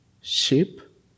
ship